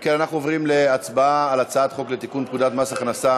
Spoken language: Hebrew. אנחנו עוברים להצבעה על הצעת חוק לתיקון פקודת מס הכנסה